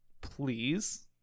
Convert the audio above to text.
please